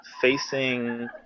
facing